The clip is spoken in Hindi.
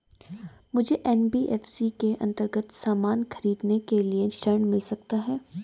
मुझे एन.बी.एफ.सी के अन्तर्गत सामान खरीदने के लिए ऋण मिल सकता है?